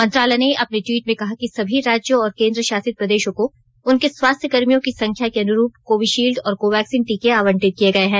मंत्रालय ने अपने ट्वीट में कहा कि सभी राज्यों और केन्द्र शासित प्रदेशों को उनके स्वास्थ्यकर्मियों की संख्या के अनुरूप कोविशील्ड और कोवैक्सिन टीके आवंटित किए गये हैं